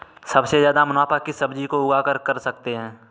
सबसे ज्यादा मुनाफा किस सब्जी को उगाकर कर सकते हैं?